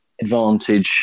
advantage